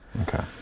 okay